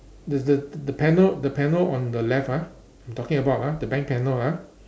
there's the the panel the panel on the left ah I'm talking about ah the bank panel ah